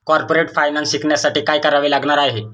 Corporate finance शिकण्यासाठी काय करावे लागणार आहे?